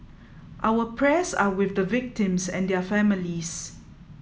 our prayers are with the victims and their families